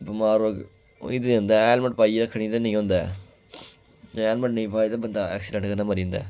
बमार होई ते जंदा ऐ हेलमेट पाइयै रक्खनी ते नेईं होंदा ऐ हेलमेट ते नेईं पाए ते बंदा ऐक्सीडेंट कन्नै मरी जंदा ऐ